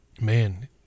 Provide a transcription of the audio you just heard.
man